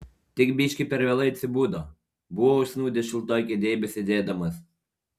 tik biški per vėlai atsibudo buvo užsnūdęs šiltoj kėdėj besėdėdamas